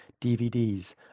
DVDs